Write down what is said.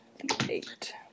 Eight